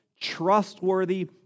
trustworthy